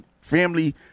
family